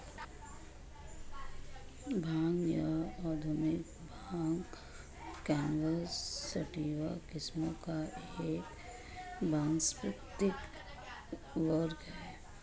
भांग या औद्योगिक भांग कैनबिस सैटिवा किस्मों का एक वानस्पतिक वर्ग है